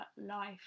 life